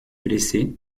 blessé